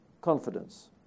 confidence